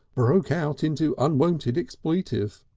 broke out into unwonted expletive.